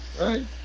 right